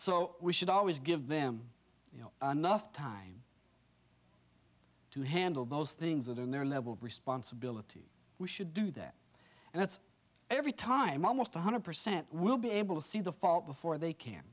so we should always give them enough time to handle those things that in their level of responsibility we should do that and that's every time almost one hundred percent will be able to see the fault before they can